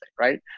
right